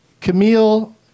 Camille